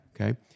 okay